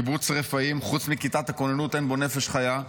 קיבוץ רפאים, חוץ מכיתת הכוננות אין בו נפש חיה.